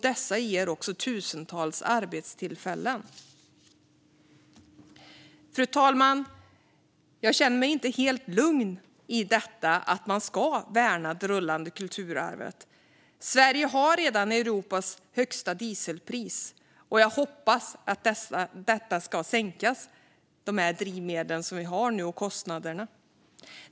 Det ger också tusentals arbetstillfällen. Fru talman! Jag känner mig inte helt lugn i att man ska värna det rullande kulturarvet. Sverige har redan Europas högsta dieselpris. Jag hoppas att priset och kostnaderna för drivmedlen ska sänkas.